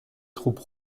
troupes